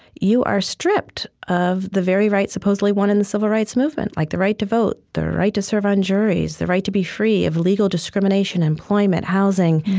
you are stripped of the very rights supposedly won in the civil rights movement, like the right to vote, the right to serve on juries, the right to be free of legal discrimination, employment, housing,